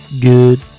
Good